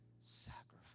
sacrifice